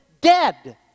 dead